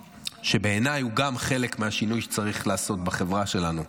שבעיניי הוא גם חלק מהשינוי שצריך לעשות בחברה שלנו,